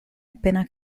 appena